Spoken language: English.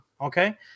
okay